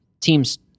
Teams